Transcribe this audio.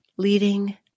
leading